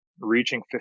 reaching